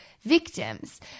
victims